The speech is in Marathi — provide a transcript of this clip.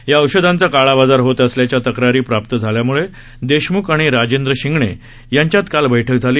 या औषधांचा काळाबाजार होत असल्याच्या तक्रारी प्राप्त झाल्याम्ळे देशम्ख आणि राजेंद्र शिंगणे यांच्यात काल बैठक झाली